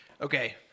Okay